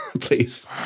please